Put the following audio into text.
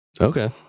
Okay